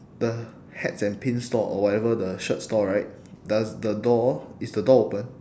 the hats and pins store or whatever the shirt store right does the door is the door open